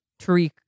Tariq